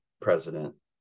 President